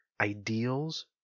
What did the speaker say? ideals